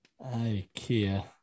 Ikea